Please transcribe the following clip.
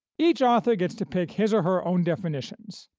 each author gets to pick his or her own definitions,